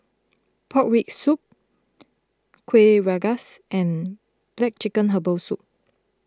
Pork Rib Soup Kueh Rengas and Black Chicken Herbal Soup